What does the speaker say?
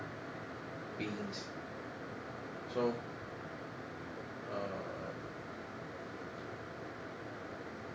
beings so err